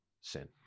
sin